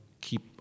keep